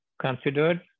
considered